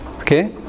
Okay